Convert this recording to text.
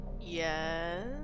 Yes